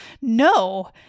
No